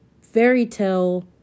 fairytale